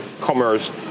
commerce